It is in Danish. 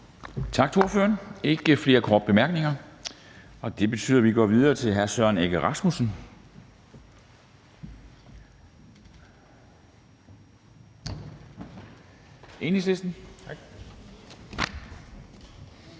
Der er ikke flere korte bemærkninger, og det betyder, at vi går videre til hr. Søren Egge Rasmussen, Enhedslisten.